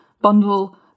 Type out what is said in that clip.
bundle